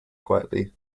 quietly